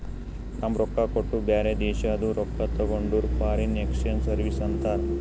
ನಮ್ ರೊಕ್ಕಾ ಕೊಟ್ಟು ಬ್ಯಾರೆ ದೇಶಾದು ರೊಕ್ಕಾ ತಗೊಂಡುರ್ ಫಾರಿನ್ ಎಕ್ಸ್ಚೇಂಜ್ ಸರ್ವೀಸ್ ಅಂತಾರ್